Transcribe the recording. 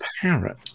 parrot